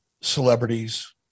celebrities